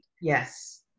Yes